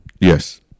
Yes